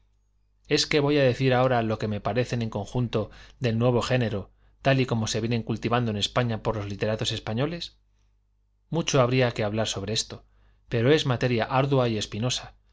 es que voy á decir ahora lo del que me parece en conjunto nuevo género tal como se viene cultivando en españa por los literatos españoles mucho habría que hablar sobre esto pero es materia adua y espinosa